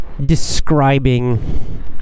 describing